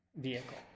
vehicle